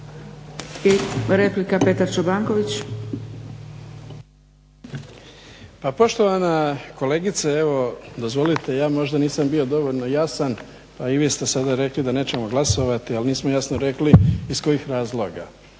Petar (HDZ)** Poštovana kolegice. Evo dozvolite ja možda nisam bio dovoljno jasan, a i vi ste sada rekli da nećemo glasovati, ali nismo jasno rekli iz kojih razloga.